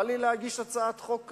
בא לי להגיש הצעת חוק כזאת.